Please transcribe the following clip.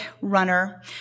runner